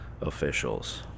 officials